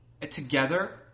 together